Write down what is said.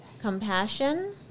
compassion